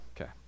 okay